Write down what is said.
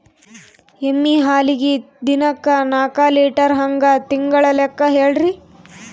ಎಮ್ಮಿ ಹಾಲಿಗಿ ದಿನಕ್ಕ ನಾಕ ಲೀಟರ್ ಹಂಗ ತಿಂಗಳ ಲೆಕ್ಕ ಹೇಳ್ರಿ?